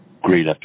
Great